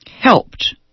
helped